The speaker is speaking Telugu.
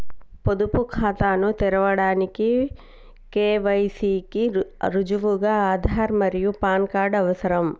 పొదుపు ఖాతాను తెరవడానికి కే.వై.సి కి రుజువుగా ఆధార్ మరియు పాన్ కార్డ్ అవసరం